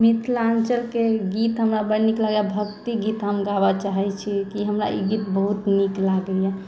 मिथिलाञ्चलके गीत हमरा बड्ड नीक लागैया आ भक्ति गीत हम गाबऽ चाहे छी कि हमरा ई गीत बहुत नीक लागैया